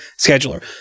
scheduler